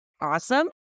Awesome